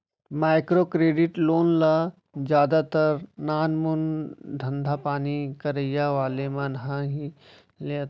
micro credit loan ल जादातर नानमून धंधापानी करइया वाले मन ह ही लेथे